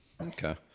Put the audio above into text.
Okay